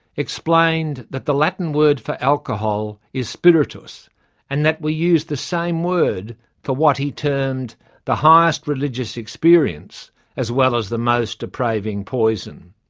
explained that the latin word for alcohol is spiritus and that we use the same term for what he termed the highest religious experience as well as the most depraving poison.